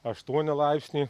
aštuoni laipsniai